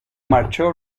marchó